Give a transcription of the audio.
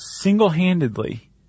single-handedly